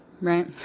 Right